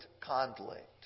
conflict